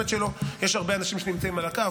יש הרבה אנשים שנמצאים על הקו,